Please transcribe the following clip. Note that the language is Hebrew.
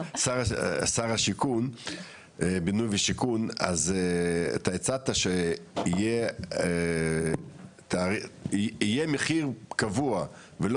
שר השיכון אז הצעת שיהיה מחיר קבוע ולא